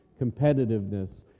competitiveness